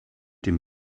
dem